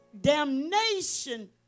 damnation